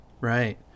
Right